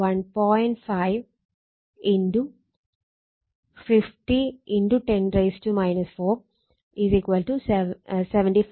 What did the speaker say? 5 50 10 4 75 10 4 Wb